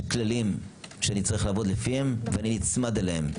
כללים שאני רוצה לעבוד לפיהם ונצמד אליהם.